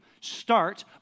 Start